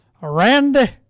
Randy